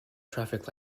traffic